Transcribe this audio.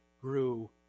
grew